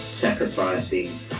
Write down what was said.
sacrificing